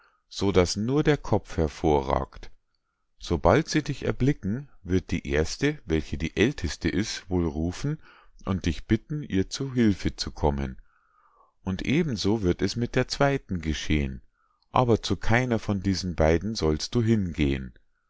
so daß nur der kopf hervorragt sobald sie dich erblicken wird die erste welche die älteste ist wohl rufen und dich bitten ihr zu hülfe zu kommen und eben so wird es mit der zweiten geschehen aber zu keiner von diesen beiden sollst du hingehen